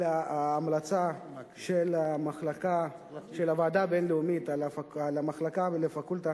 על ההמלצה של הוועדה הבין-לאומית על המחלקה והפקולטה